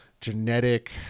genetic